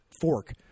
fork